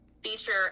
feature